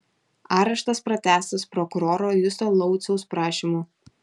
areštas pratęstas prokuroro justo lauciaus prašymu